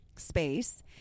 space